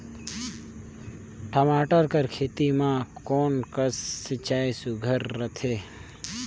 टमाटर कर खेती म कोन कस सिंचाई सुघ्घर रथे?